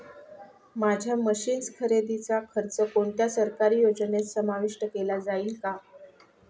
माझ्या मशीन्स खरेदीचा खर्च कोणत्या सरकारी योजनेत समाविष्ट केला जाईल का?